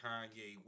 Kanye